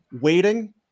waiting